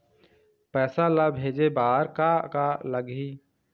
पैसा ला भेजे बार का का लगही?